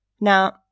Now